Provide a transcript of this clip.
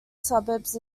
suburbs